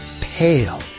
pale